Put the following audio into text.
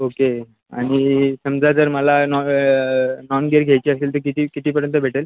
okay आणि समजा जर मला नॉ नॉन गेअर घ्यायची असेल तर किती कितीपर्यंत भेटेल